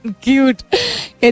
Cute